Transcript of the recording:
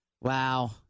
wow